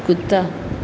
कुत्ता